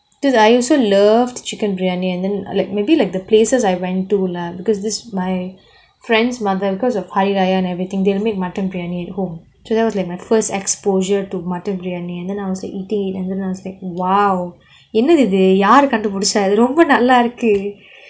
dude I also loved chicken briyani and then like maybe like the places I went to lah because this my friend's mother because of hari raya and everything they make mutton briyani at home so that was like my first exposure to mutton briyani and then I was like eating it then I was like !wow! என்னது இது யார் கண்டு பிடிச்சா இத ரொம்ப நல்லா இருக்கு:ennathu ithu yaar kandu pidicha itha romba nallaa iruku